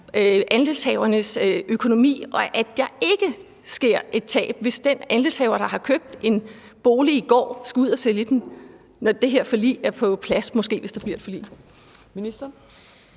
andelshavernes økonomi, og at der ikke sker et tab, hvis den andelshaver, der har købt en bolig i går, skal ud og sælge den, når det her forlig er på plads – måske, hvis det bliver et forlig. Kl.